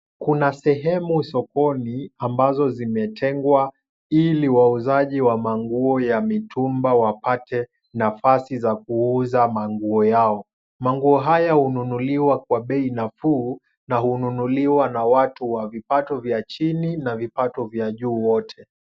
Kuna sehemu sokoni ambazo zimetengwa, ili wauzaji wa manguo ya mitumba wapate nafasi za kuuza manguo yao. Manguo haya hununuliwa kwa bei nafuu, na hununuliwa na watu wa vipato vya chini na vipato vya juu wote.